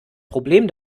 problem